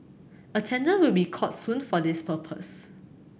a tender will be called soon for this purpose